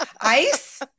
ice